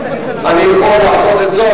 אני יכול לעשות את זאת,